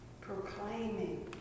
proclaiming